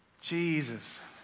Jesus